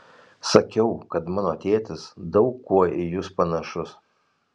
sakiau kad mano tėtis daug kuo į jus panašus